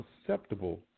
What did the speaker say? acceptable